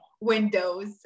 windows